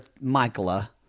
Michaela